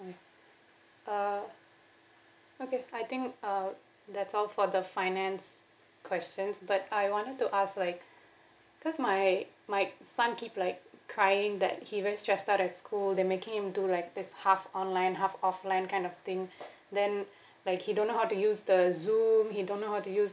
alright uh okay I think uh that's all for the finance questions but I wanted to ask like cause my my some keep like crying that he very stressed out at school they make it into like this half online half offline kind of thing then like he don't know how to use the zoom he don't know how to use